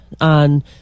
on